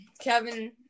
Kevin